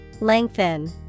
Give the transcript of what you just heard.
lengthen